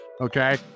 Okay